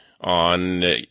on